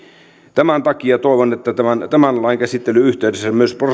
tämän takia toivon että tämän tämän lain käsittelyn yhteydessä myös